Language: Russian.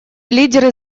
лидеры